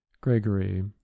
Gregory